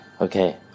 Okay